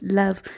love